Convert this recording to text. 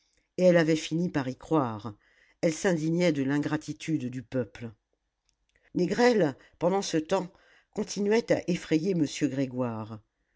et elle avait fini par y croire elle s'indignait de l'ingratitude du peuple négrel pendant ce temps continuait à effrayer m grégoire